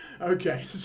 okay